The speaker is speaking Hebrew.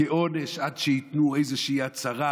כעונש עד שייתנו איזושהי הצהרה.